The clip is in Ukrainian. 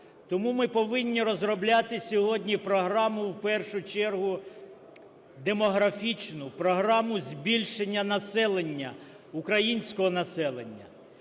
Тому ми повинні розробляти сьогодні програму в першу чергу демографічну, програму збільшення населення, українського населення,